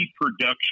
production